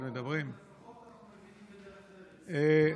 לפחות אנחנו מבינים בדרך ארץ.